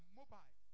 mobile